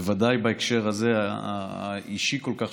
בוודאי בהקשר הזה, האישי כל כך,